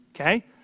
okay